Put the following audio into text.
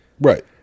Right